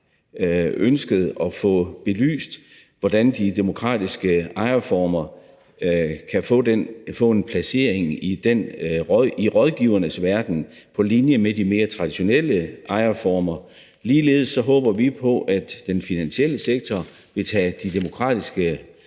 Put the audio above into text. ønsket at få belyst, hvordan de demokratiske ejerformer kan få en placering i rådgivernes verden på linje med de mere traditionelle ejerformer. Ligeledes håber vi på, at den finansielle sektor vil tage de demokratisk